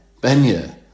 Benya